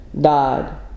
died